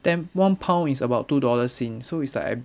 ten one pound is about two dollars sing so it's like I